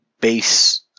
base